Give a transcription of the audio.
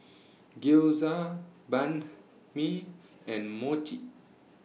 Gyoza Banh MI and Mochi